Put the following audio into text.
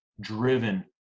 driven